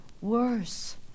Worse